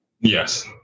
Yes